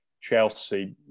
Chelsea